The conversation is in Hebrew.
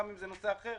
גם אם זה נושא אחר.